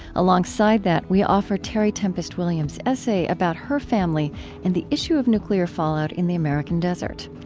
alongside that, we offer terry tempest williams' essay about her family and the issue of nuclear fallout in the american desert.